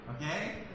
Okay